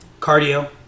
cardio